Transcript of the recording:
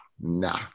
nah